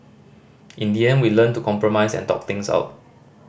in the end we learnt to compromise and talk things out